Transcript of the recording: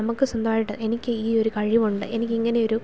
നമുക്ക് സ്വന്തമായിട്ട് എനിക്ക് ഈ ഒരു കഴിവുണ്ട് എനിക്ക് ഇങ്ങനെ ഒരു